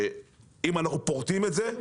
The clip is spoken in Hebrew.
שאם אנחנו פורטים את זה,